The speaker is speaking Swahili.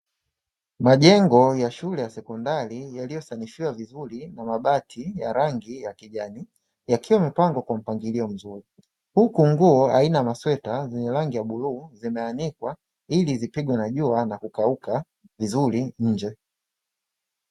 Majengo ya shule ya sekondari yaliyosanifiwa vizuri na mabati ya rangi ya kijani yakiwa yamepangiliwa vizuri, huku nguo aina ya masweta ya rangi ya bluu, zimeanikwa ilizipigwe na jua na kukauka vizuri nje.